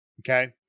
okay